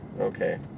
Okay